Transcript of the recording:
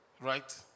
Right